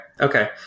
Okay